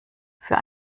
für